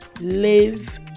live